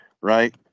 right